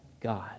God